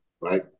right